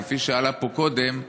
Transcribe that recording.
כפי שעלה פה קודם,